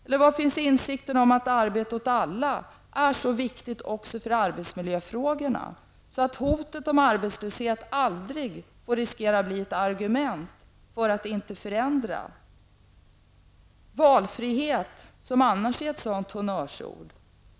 Eller var finns insikten om att målet arbete åt alla är så viktigt också för arbetsmiljöfrågorna att hotet om arbetslöshet aldrig får riskera att bli ett argument för att inte förändra? Valfrihet är ju annars ett honnörsord.